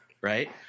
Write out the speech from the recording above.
right